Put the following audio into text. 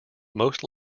most